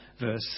verse